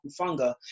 Kufunga